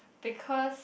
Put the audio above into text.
because